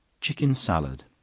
chicken salad.